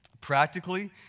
Practically